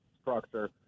structure